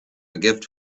gift